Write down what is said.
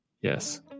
yes